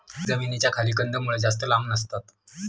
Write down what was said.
जमिनीच्या खाली कंदमुळं जास्त लांब नसतात